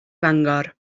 fangor